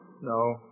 no